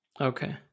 Okay